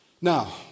Now